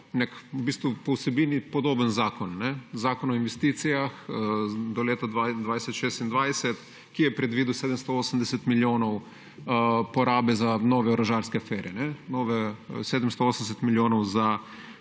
po vsebini podoben zakon, zakon o investicijah v obdobju 2022−2026, ki je predvidel 780 milijonov porabe za nove orožarske afere. 780 milijonov za